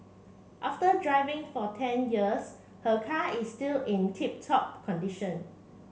after driving for ten years her car is still in tip top condition